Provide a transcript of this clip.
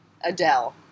Adele